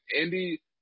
Andy